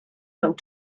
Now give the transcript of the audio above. mewn